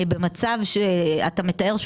כמו שאתה מתאר,